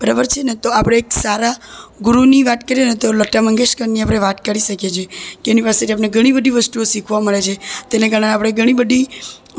બરાબર છે ને તો આપણે એક સારા ગુરુની વાત કરીએ ને તો લતા મંગેશકરની આપણે વાત કરી શકીએ છે કે એની પાસેથી આપણને ઘણી બધી વસ્તુ આપણને શીખવા મળે છે તેને કારણે આપણે ઘણી બધી